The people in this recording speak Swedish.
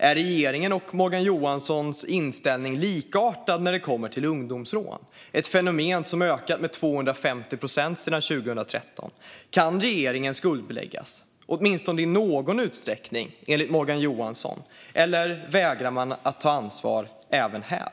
Är regeringens och Morgan Johanssons inställning likartad när det kommer till ungdomsrån, ett fenomen som har ökat med 250 procent sedan 2013? Kan regeringen åtminstone i någon utsträckning skuldbeläggas, enligt Morgan Johansson, eller vägrar man att ta ansvar även här?